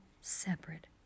separate